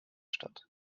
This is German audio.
statt